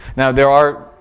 now, there are